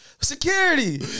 security